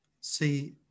see